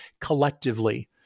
collectively